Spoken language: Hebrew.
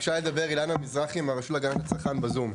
ביקשה לדבר אילנה מזרחי מהרשות להגנת הצרכן, בזום.